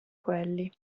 quelli